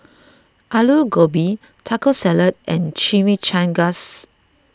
Alu Gobi Taco Salad and Chimichangas